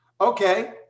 Okay